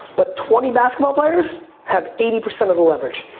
but twenty basketball players have eighty percent of the leverage.